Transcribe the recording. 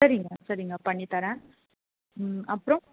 சரிங்க சரிங்க பண்ணி தரேன் ம் அப்புறோம்